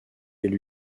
elle